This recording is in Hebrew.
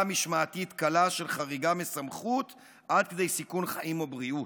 משמעתית קלה של 'חריגה מסמכות עד כדי סיכון חיים או בריאות',